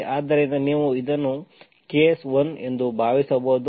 ಆದ್ದರಿಂದ ನೀವು ಇದನ್ನು ಕೇಸ್ ಒನ್ ಎಂದು ಭಾವಿಸಬಹುದು ಮತ್ತು ನಿಮಗೆ ಕೇಸ್ 2 ಇದೆ